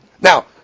Now